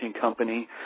company